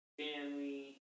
family